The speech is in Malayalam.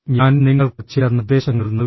ഞാൻ നിങ്ങൾക്ക് ചില നിർദ്ദേശങ്ങൾ നൽകുന്നു